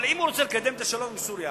אבל אם הוא רוצה לקדם את השלום עם סוריה,